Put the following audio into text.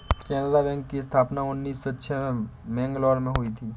Canara bank की स्थापना उन्नीस सौ छह में मैंगलोर में हुई